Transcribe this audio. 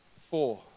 Four